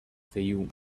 fayoum